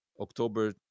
october